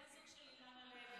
הוא בן הזוג של אילנית לוי.